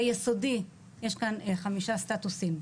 ביסודי יש ארבעה או חמישה סטטוסים: